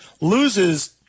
loses